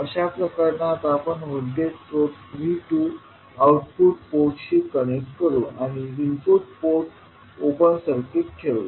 अशा प्रकरणात आपण व्होल्टेज सोर्स V2आउटपुट पोर्टशी कनेक्ट करू आणि इनपुट पोर्ट ओपन सर्किट ठेवू